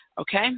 Okay